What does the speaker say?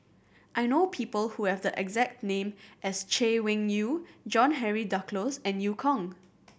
I know people who have the exact name as Chay Weng Yew John Henry Duclos and Eu Kong